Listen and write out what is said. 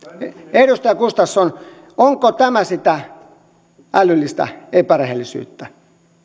edustaja gustafsson onko tämä sitä älyllistä epärehellisyyttä